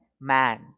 man